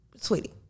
sweetie